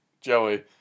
Joey